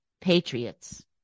patriots